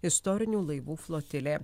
istorinių laivų flotilė